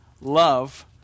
love